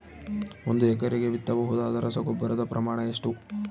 ಒಂದು ಎಕರೆಗೆ ಬಿತ್ತಬಹುದಾದ ರಸಗೊಬ್ಬರದ ಪ್ರಮಾಣ ಎಷ್ಟು?